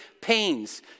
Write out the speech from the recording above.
pains